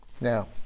Now